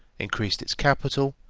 increased its capital,